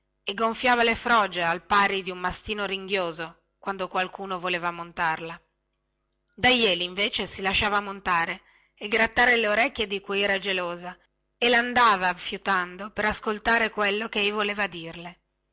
e gonfiava le froge al pari di un mastino ringhioso quando qualcuno voleva montarla da jeli invece si lasciava montare e grattare le orecchie di cui era gelosa e landava fiutando per ascoltare quello che ei voleva dirle